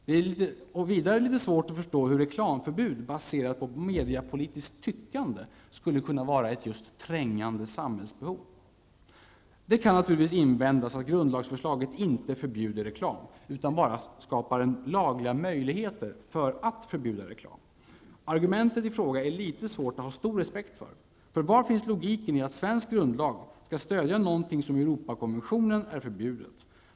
Det är vidare svårt att förstå hur reklamförbud baserat på mediapolitiskt tyckande skulle kunna svara mot ett trängare samhällsbehov. Det kan naturligtvis invändas att grundlagsförslaget inte förbjuder reklam, utan bara skapar lagliga möjligheter för att göra det. Argumentet i fråga är det svårt att ha stor respekt för. Var finns logiken i att i svensk grundlag skall stödja något som i Europakonventionen är förbjudet?